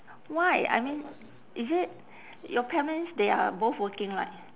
why I mean is it your parents they are both working right